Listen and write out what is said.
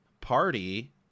party